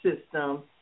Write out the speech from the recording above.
system